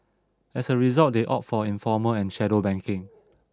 as a result they opted for informal and shadow banking